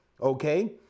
Okay